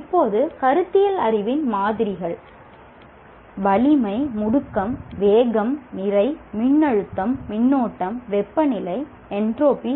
இப்போது கருத்தியல் அறிவின் மாதிரிகள் வலிமை முடுக்கம் வேகம் நிறை மின்னழுத்தம் மின்னோட்டம் வெப்பநிலை என்ட்ரோபி